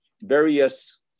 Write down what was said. various